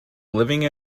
living